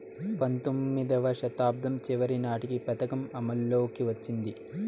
పంతొమ్మిదివ శతాబ్దం చివరి నాటికి ఈ పథకం అమల్లోకి వచ్చింది